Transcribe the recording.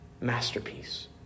masterpiece